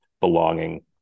belonging